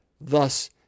Thus